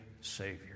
savior